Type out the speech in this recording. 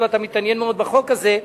היות שאתה מתעניין מאוד בחוק הזה,